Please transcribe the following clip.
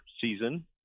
season